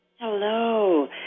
Hello